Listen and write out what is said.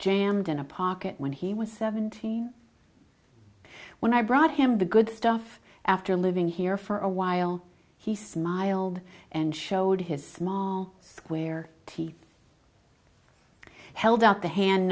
jammed in a pocket when he was seventeen when i brought him the good stuff after living here for a while he smiled and showed his small square he held up the hand